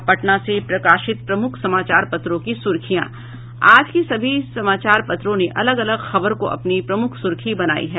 अब पटना से प्रकाशित प्रमुख समाचार पत्रों की सुर्खियां आज के सभी समाचार पत्रों ने अलग अलग खबर को अपनी प्रमुख सुर्खी बनायी है